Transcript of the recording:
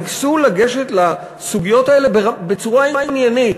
ניסו לגשת לסוגיות האלה בצורה עניינית